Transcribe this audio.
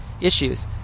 issues